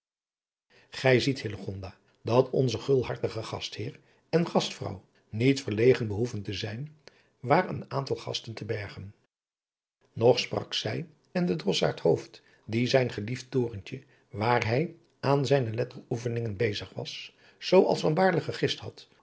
gij ziet hillegonda dat onze gulhartige gastheer en gastvrouw niet verlegen behoeven te zijn waar een aantal gasten te bergen nog sprak zij en de drossaard hooft die zijn geliefd torentje waar hij aan zijne letteroefeningen bezig was zoo als van baerle gegist had